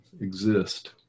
exist